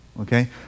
Okay